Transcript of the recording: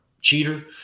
cheater